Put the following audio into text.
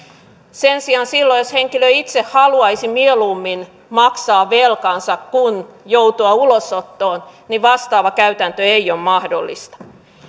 sen sijaan silloin jos henkilö itse haluaisi mieluummin maksaa velkansa kuin joutua ulosottoon vastaava käytäntö ei ole mahdollista